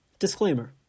Disclaimer